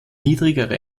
niedrigere